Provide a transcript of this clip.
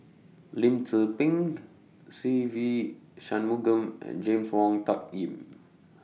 Lim Tze Peng Se Ve Shanmugam and James Wong Tuck Yim